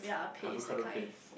avocado paste